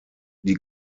die